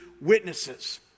witnesses